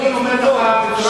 אני אומר לך בצורה הברורה ביותר,